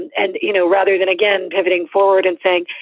and and, you know, rather than, again, pivoting forward and saying,